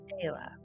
Taylor